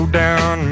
down